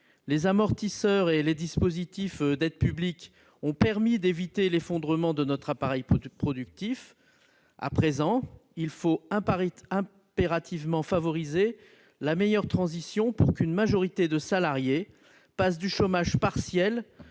Les amortisseurs et les dispositifs d'aide publique ont permis d'éviter l'effondrement de notre appareil productif. À présent, il faut impérativement favoriser la meilleure transition pour qu'une majorité de salariés passe du chômage partiel